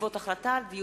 מאת חבר הכנסת חנא סוייד.